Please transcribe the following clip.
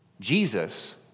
Jesus